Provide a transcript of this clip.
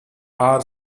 are